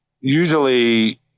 usually